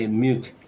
mute